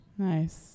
Nice